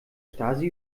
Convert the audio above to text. stasi